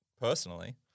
personally